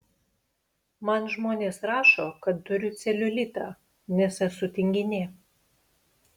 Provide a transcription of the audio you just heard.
man žmonės rašo kad turiu celiulitą nes esu tinginė